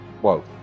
Whoa